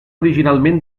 originalment